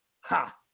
Ha